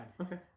Okay